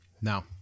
Now